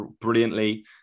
brilliantly